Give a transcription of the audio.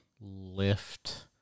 lift